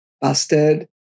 busted